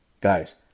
Guys